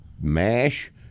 mash